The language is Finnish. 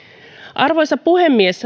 arvoisa puhemies